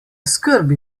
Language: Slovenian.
skrbi